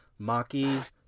maki